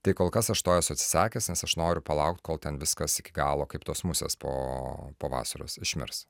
tai kol kas aš to esu atsisakęs nes aš noriu palaukt kol ten viskas iki galo kaip tos musės po vasaros išmirs